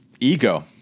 Ego